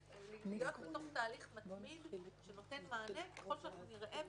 ולהיות בתוך תהליך מתמיד שנותן מענה ככול שאנחנו נראה ביקוש.